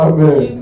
Amen